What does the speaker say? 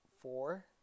four